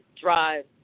drive